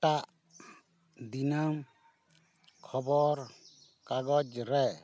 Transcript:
ᱮᱴᱟᱜ ᱫᱤᱱᱟᱹᱢ ᱠᱷᱚᱵᱚᱨ ᱠᱟᱜᱚᱡ ᱨᱮ